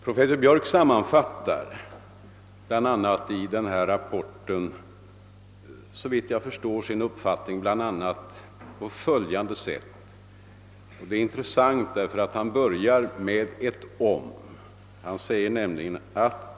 Professor Gunnar Biörck sammanfattar i rapporten såvitt jag förstår sin uppfattning bl.a. på följande sätt — och det är intressant att han därvid börjar med ordet »om».